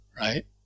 Right